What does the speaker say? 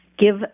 Give